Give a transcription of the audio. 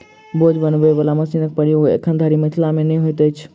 बोझ बनबय बला मशीनक प्रयोग एखन धरि मिथिला मे नै होइत अछि